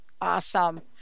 awesome